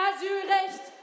Asylrecht